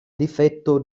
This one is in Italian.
difetto